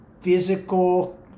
physical